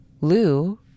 Lou